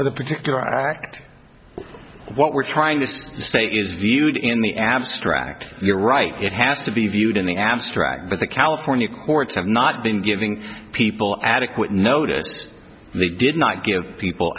of the particular act what we're trying to say is viewed in the abstract you're right it has to be viewed in the abstract but the california courts have not been giving people adequate notice that they did not give people